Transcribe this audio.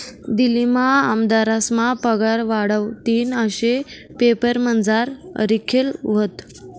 दिल्लीमा आमदारस्ना पगार वाढावतीन आशे पेपरमझार लिखेल व्हतं